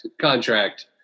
contract